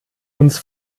uns